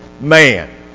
man